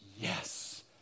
yes